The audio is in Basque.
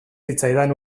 zitzaidan